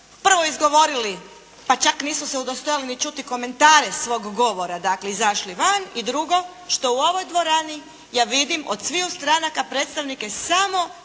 prvo izgovorili pa čak nisu se udostojali ni čuti komentare svog govora, dakle izašli van. I drugo, što u ovoj dvorani ja vidim od sviju stranaka predstavnike samo